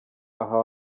aha